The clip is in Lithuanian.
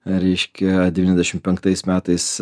reiškia devyniasdešimt penktais metais